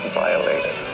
violated